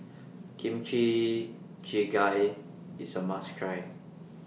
Kimchi Jjigae IS A must Try